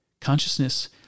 Consciousness